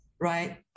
right